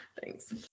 Thanks